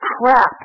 crap